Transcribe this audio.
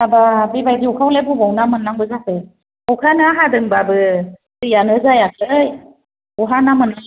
हाबाब बेबादि अखायावलाय बबाव ना मोननांगौ जाखो अखायानो हादोंबाबो दैयानो जायाखै बहा ना मोननो